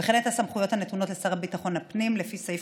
וכן את הסמכויות הנתונות לשר לביטחון הפנים לפי סעיף